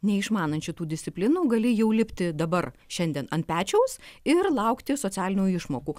neišmanančių tų disciplinų gali jau lipti dabar šiandien ant pečiaus ir laukti socialinių išmokų